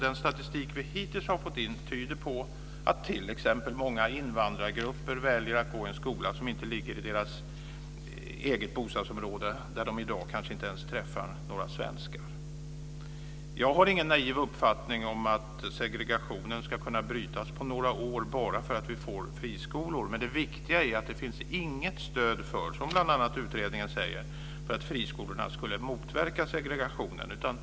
Den statistik vi hittills har fått in tyder på att t.ex. många invandrargrupper väljer att gå i en skola som inte ligger i deras eget bostadsområde, där de i dag kanske inte ens träffar några svenskar. Jag har ingen naiv uppfattning om att segregationen ska kunna brytas på några år bara för att vi får friskolor. Men det viktiga är att det inte finns något stöd för, som bl.a. utredningen säger, att friskolorna skulle medverka till segregationen.